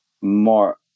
more